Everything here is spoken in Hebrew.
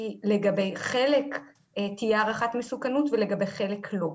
כי לגבי חלק תהיה הערכת מסוכנות ולגבי חלק לא תהיה.